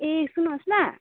ए सुन्नुहोस् न